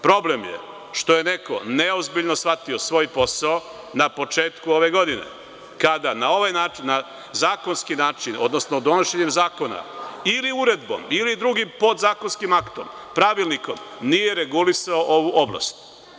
Problem je što je neko neozbiljno shvatio svoj posao na početku ove godine kada na ovaj zakonski način, odnosno donošenjem zakona ili uredbom ili drugim podzakonskim aktom, pravilnikom, nije regulisao ovu oblast.